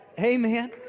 Amen